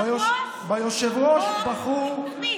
הבוס?